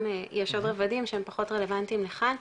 יש עוד רבדים שהם פחות רלבנטיים לכאן.